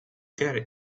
care